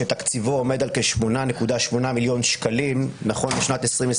שתקציבו עומד על כ-8.8 מיליון שקלים נכון לשנת 2020